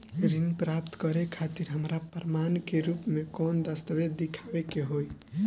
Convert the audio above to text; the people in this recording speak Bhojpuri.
ऋण प्राप्त करे खातिर हमरा प्रमाण के रूप में कौन दस्तावेज़ दिखावे के होई?